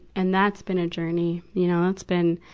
and that's been a journey, you know. that's been,